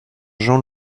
jean